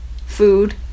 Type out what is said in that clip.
food